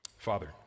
Father